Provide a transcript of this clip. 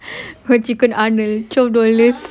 chicken honour twelve dollar